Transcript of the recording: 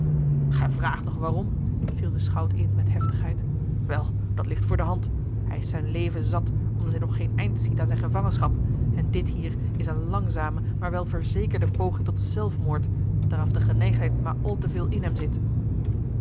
gij vraagt nog waarom viel de schout in met heftigheid wel dat ligt voor de hand hij is zijn leven zat omdat hij nog geen eind ziet aan zijne gevangenschap en dit hier is eene langzame maar wel verzekerde poging tot zelfmoord daaraf de geneigdheid maar al te veel in hem zit